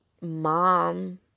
mom